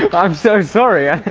i'm so sorry!